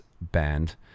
band